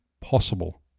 possible